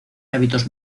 hábitos